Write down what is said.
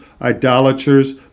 idolaters